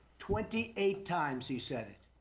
twenty eight times he said it.